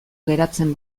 geratzen